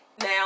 now